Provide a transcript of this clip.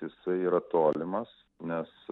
jisai yra tolimas nes